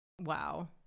Wow